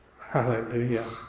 Hallelujah